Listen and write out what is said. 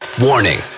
Warning